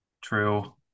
True